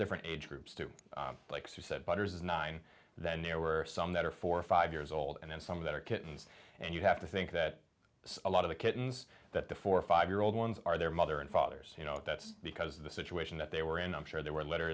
different age groups to like who said butters nine than there were some that are four or five years old and then some of that are kittens and you have to think that a lot of the kittens that the four five year old ones are their mother and father's that's because the situation that they were in i'm sure there were letter